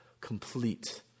complete